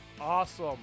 Awesome